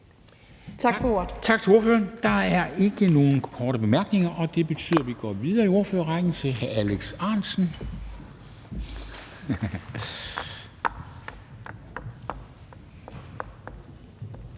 Tak for ordet.